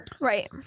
Right